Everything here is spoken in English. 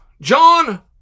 John